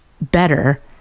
better